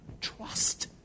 trust